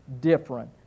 different